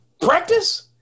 Practice